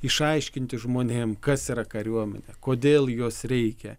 išaiškinti žmonėm kas yra kariuomenė kodėl jos reikia